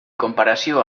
comparació